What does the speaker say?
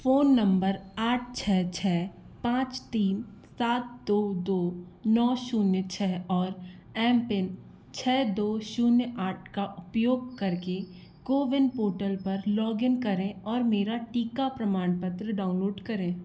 phone number आठ छः छः पाँच तीन सात दो दो नौ शून्य छः और एमपिन छः दो शून्य आठ का उपयोग करके कोविन पोर्टल पर लॉगिन करें और मेरा टीका प्रमाणपत्र डाउनलोड करें